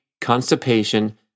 constipation